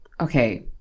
okay